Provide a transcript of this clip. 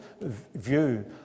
view